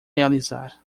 realizar